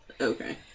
Okay